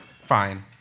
Fine